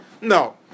No